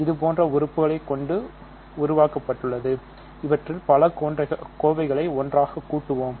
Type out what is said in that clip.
இது போன்ற உறுப்புகள் கொண்டு இது உருவாக்கப்பட்டுள்ளது இவற்றில் பல கோவைகளை ஒன்றாக கூட்டுவோம்